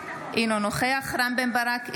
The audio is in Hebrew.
אינו נוכח רם בן ברק,